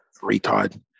retard